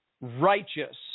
righteous